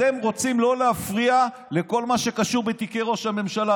אתם רוצים לא להפריע לכל מה שקשור בתיקי ראש הממשלה.